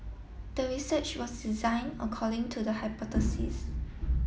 the research was design according to the hypothesis